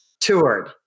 toured